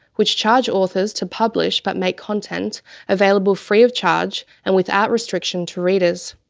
which charge authors to publish but make content available free of charge and without restrictions to readers.